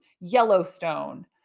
Yellowstone